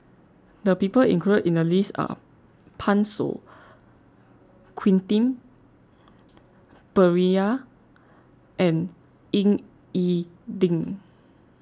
the people included in the list are Pan Shou Quentin Pereira and Ying E Ding